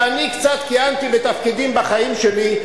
ואני קצת כיהנתי בתפקידים בחיים שלי,